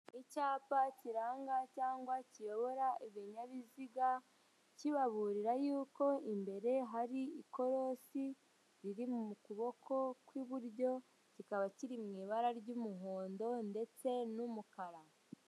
Icyapa kiranga cyangwa kiyobora ibinyabiziga, kibaburira yuko imbere hari ikorosi riri mu kuboko kw'iburyo, kikaba kiri mu ibara ry'umuhondo ndetse n'umukara.